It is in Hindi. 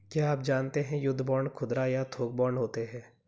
क्या आप जानते है युद्ध बांड खुदरा या थोक बांड होते है?